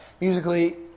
musically